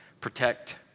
protect